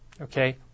Okay